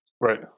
Right